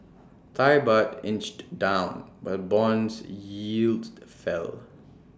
Thai Baht inched down while bonds yields fell